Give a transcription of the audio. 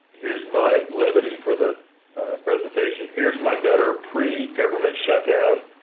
here's my levity for the presentation. here's my gutter pre-government shutdown,